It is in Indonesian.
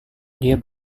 dia